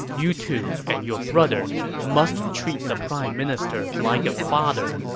you two and your brother must treat the prime minister like a father,